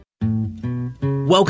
Welcome